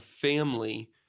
family